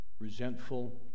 resentful